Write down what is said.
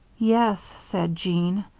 yes, said jean,